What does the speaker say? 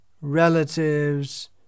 relatives